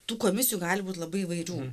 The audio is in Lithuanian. tų komisijų gali būti labai įvairių